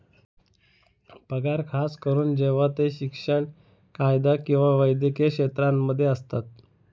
पगार खास करून जेव्हा ते शिक्षण, कायदा किंवा वैद्यकीय क्षेत्रांमध्ये असतात